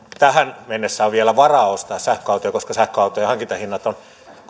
tähän mennessä on ollut varaa ostaa sähköautoja sähköautojen hankintahinnat ovat